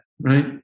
right